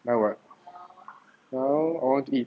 now what now I want to eat